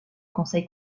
conseil